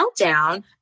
meltdown